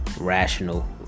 Rational